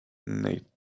nate